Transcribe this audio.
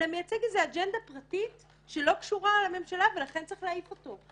אלא מייצג איזה אג'נדה פרטית שלא קשורה לממשלה ולכן צריך להעיף אותו.